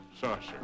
saucer